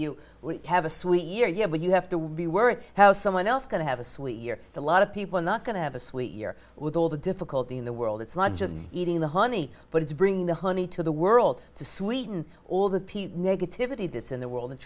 we have a sweet year yet when you have to be worth how someone else going to have a sweet year a lot of people are not going to have a sweet year with all the difficulty in the world it's not just eating the honey but it's bringing the honey to the world to sweeten all the p negativity that's in the world and